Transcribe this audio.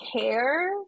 care